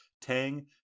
Tang